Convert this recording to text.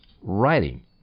writing